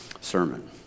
sermon